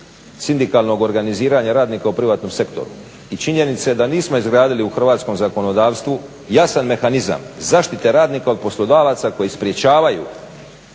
sindikalnog organiziranja radnika u privatnom sektoru i činjenice da nismo izgradili u hrvatskom zakonodavstvu jasan mehanizam zaštite radnika od poslodavaca koji sprečavaju